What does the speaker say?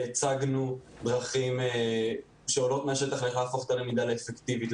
והצגנו דרכים שעולות מהשטח איך להפוך את הלמידה ללמידה אפקטיבית,